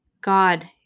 God